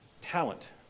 talent